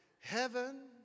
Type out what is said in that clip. Heaven